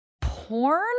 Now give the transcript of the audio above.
porn